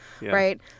right